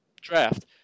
draft